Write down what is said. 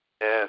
Yes